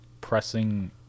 pressing